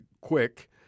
quick